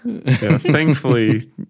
thankfully